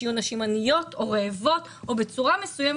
שיהיו נשים עניות או רעבות או בצורה מסוימת